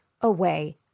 away